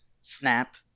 snap